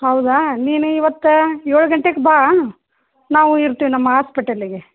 ಹೌದಾ ನೀನು ಇವತ್ತು ಏಳು ಗಂಟೆಗ್ ಬಾ ನಾವು ಇರ್ತೀವಿ ನಮ್ಮ ಹಾಸ್ಪೆಟಲ್ಲಿಗೆ